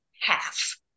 half